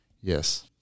yes